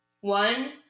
one